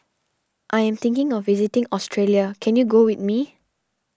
I am thinking of visiting Australia can you go with me